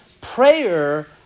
prayer